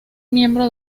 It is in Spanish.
miembro